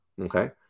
okay